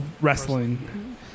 Wrestling